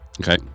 Okay